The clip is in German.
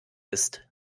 ist